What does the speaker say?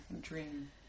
dream